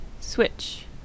Switch